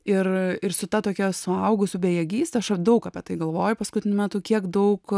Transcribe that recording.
ir ir su ta tokia suaugusių bejėgyste aš daug apie tai galvoju paskutiniu metu kiek daug